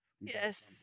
Yes